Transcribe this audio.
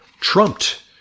trumped